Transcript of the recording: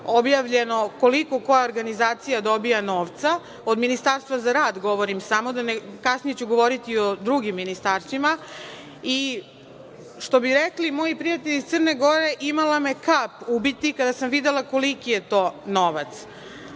objavljeno koliko koja organizacija dobija novca, od Ministarstva za rad govorim samo, kasnije ću govoriti i o drugim ministarstvima. Što bi rekli moji prijatelji iz Crne Gore, imala me kap ubiti kada sam videla koliki je to novac.